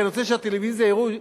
כי אני רוצה שבטלוויזיה יראו,